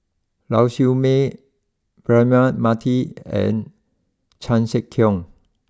Lau Siew Mei Braema Mathi and Chan Sek Keong